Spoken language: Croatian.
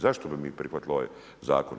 Zašto bi mi prihvatili ovaj Zakon.